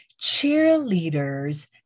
Cheerleaders